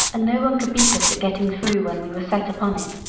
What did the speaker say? and no one could beat us at getting through when we were set upon it.